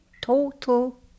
total